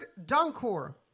Dunkor